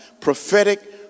prophetic